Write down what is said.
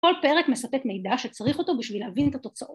‫כל פרק מספק מידע שצריך אותו ‫בשביל להבין את התוצאות.